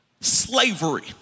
slavery